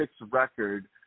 record